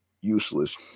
useless